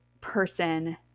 person